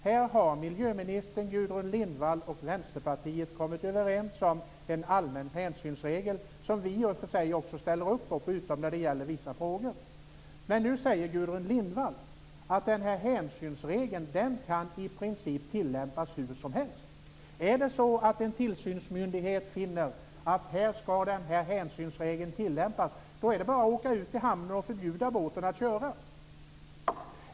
Här har miljöministern, Gudrun Lindvall och Vänsterpartiet kommit överens om en allmän hänsynsregel. I och för sig ställer vi också upp på den utom när det gäller vissa frågor. Men nu säger Gudrun Lindvall att den här hänsynsregeln i princip kan tillämpas hur som helst. Om det är så att en tillsynsmyndighet finner att hänsynsregeln skall tillämpas är det bara att åka ut till hamnen och förbjuda båten att köra.